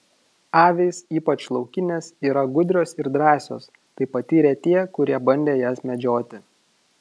avys ypač laukinės yra gudrios ir drąsios tai patyrė tie kurie bandė jas medžioti